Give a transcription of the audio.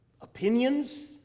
opinions